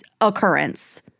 occurrence